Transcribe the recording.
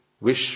wish